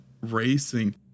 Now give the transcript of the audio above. racing